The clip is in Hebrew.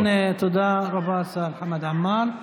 תודה רבה, השר חמד עמאר.